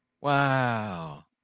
Wow